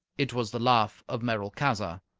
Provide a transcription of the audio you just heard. it was the laugh of merolchazzar.